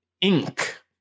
Ink